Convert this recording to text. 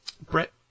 Brett